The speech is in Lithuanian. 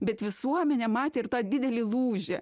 bet visuomenė matė ir tą didelį lūžį